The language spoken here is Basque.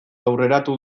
aurreratu